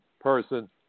person